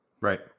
Right